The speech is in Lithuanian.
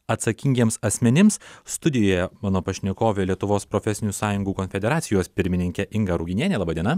atsakingiems asmenims studijoje mano pašnekovė lietuvos profesinių sąjungų konfederacijos pirmininkė inga ruginienė laba diena